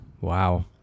Wow